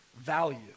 value